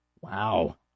Wow